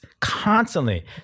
constantly